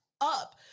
up